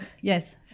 Yes